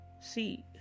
See